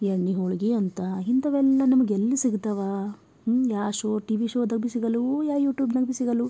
ಎಣ್ಣಿ ಹೋಳಿಗಿ ಅಂತ ಇಂಥವೆಲ್ಲಾ ನಮ್ಗೆ ಎಲ್ಲಿ ಸಿಗತವ ಯಾ ಶೋ ಟಿ ವಿ ಶೋದಾಗ ಬಿ ಸಿಗಲ್ವೂ ಯಾ ಯೂಟ್ಯೂಬ್ನಾಗ ಬಿ ಸಿಗಲ್ವು